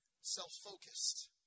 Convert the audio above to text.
self-focused